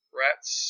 rats